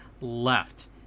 left